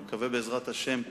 אני מקווה, בעזרת השם,